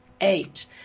eight